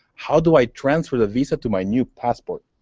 how do i transfer the visa to my new passport?